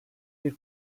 bir